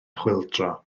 chwyldro